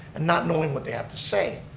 and not knowing what they have to say,